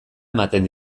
ematen